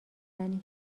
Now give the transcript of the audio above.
زنی